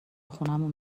خونمون